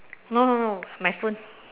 no no no my phone